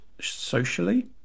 socially